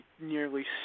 nearly